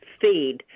feed